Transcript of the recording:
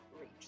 reach